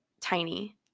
tiny